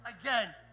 Again